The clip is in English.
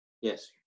Yes